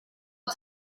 het